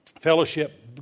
Fellowship